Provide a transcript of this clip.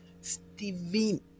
Steven